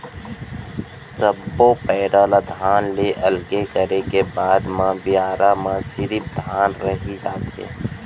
सब्बो पैरा ल धान ले अलगे करे के बाद म बियारा म सिरिफ धान रहि जाथे